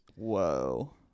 Whoa